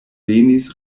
venis